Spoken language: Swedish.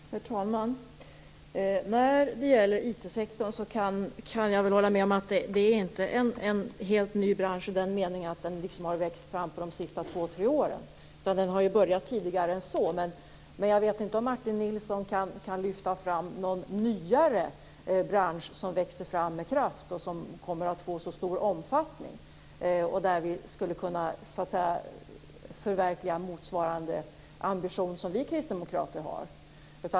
Herr talman! När det gäller IT-sektorn kan jag väl hålla med om att det inte är en helt ny bransch i den meningen att den har växt fram under de senaste två, tre åren. Den har börjat komma tidigare än så, men jag tror inte att Martin Nilsson kan lyfta fram någon nyare bransch som växer fram med kraft och som kommer att få lika stor omfattning, en bransch där vi kan förverkliga den ambition som vi kristdemokrater har.